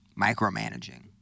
micromanaging